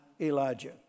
Elijah